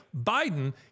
Biden